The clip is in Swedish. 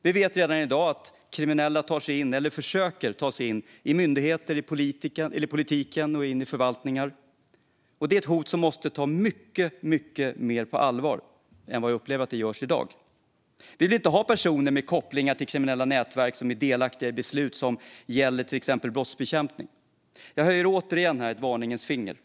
Vi vet att kriminella redan i dag tar sig in, eller försöker ta sig in, i myndigheter, i politiken och i förvaltningar. Detta är ett hot som måste tas på mycket större allvar än jag upplever är fallet i dag. Vi vill inte att personer med kopplingar till kriminella nätverk ska vara delaktiga i beslut som gäller till exempel brottsbekämpning. Jag höjer återigen ett varningens finger här.